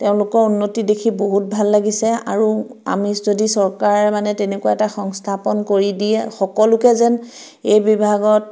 তেওঁলোকৰ উন্নতি দেখি বহুত ভাল লাগিছে আৰু আমি যদি চৰকাৰে মানে তেনেকুৱা এটা সংস্থাপন কৰি দিয়ে সকলোকে যেন এই বিভাগত